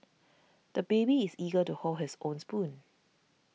the baby is eager to hold his own spoon